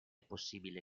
possibile